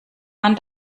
man